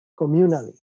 communally